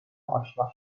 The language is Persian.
اشنا